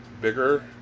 bigger